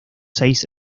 seis